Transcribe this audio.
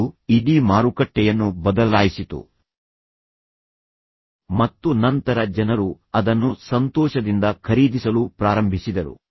ಅದು ಇಡೀ ಮಾರುಕಟ್ಟೆಯನ್ನು ಬದಲಾಯಿಸಿತು ಮತ್ತು ನಂತರ ಜನರು ಅದನ್ನು ಸಂತೋಷದಿಂದ ಖರೀದಿಸಲು ಪ್ರಾರಂಭಿಸಿದರು